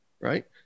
right